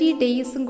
days